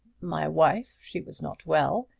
my wife she was not well.